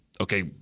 okay